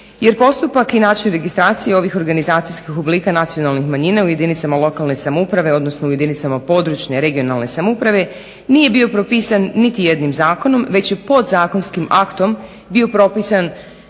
Jer postupak i način registracije ovih organizacijskih oblika nacionalnih manjina u jedinicama lokalne samouprave odnosno u jedinicama područne (regionalne) samouprave nije bio propisan niti jednim zakonom već podzakonskim aktom bio propisan